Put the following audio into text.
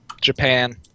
Japan